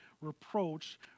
reproach